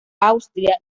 austria